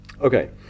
Okay